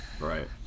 right